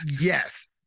Yes